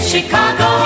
Chicago